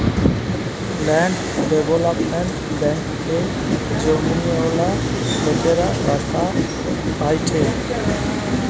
land development ব্যাঙ্কে জমিওয়ালা লোকরা টাকা পায়েটে